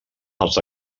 als